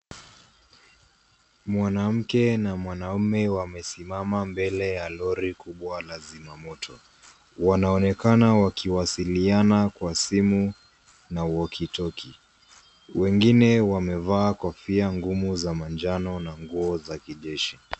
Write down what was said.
Mwanamke na mwanaume wamesimama mbele ya lori kubwa la zima moto wanaonekana wakiwasiliana kwa simu na walkie talkie wengine wamevaa kofia ngumu za manjano na nguo za kijeshi.